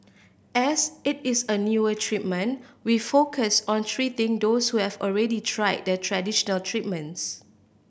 as it is a newer treatment we focus on treating those who have already tried the traditional treatments